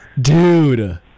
dude